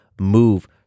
move